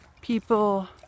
people